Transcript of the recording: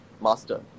Master